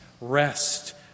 rest